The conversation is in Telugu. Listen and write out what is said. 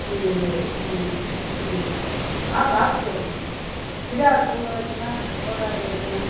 ఇదీ ఇదీ ఆకు ఆకు కూరలు సిర్రాకు వేసినా తోటాకు వేసినా